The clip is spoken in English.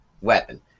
weapon